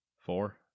Four